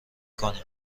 کنم